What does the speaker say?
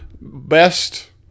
Best